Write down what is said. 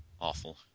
Awful